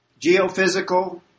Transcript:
geophysical